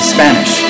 Spanish